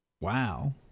Wow